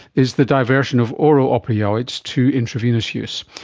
is the diversion of oral opioids to intravenous use.